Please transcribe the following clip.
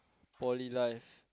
poly life